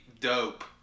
dope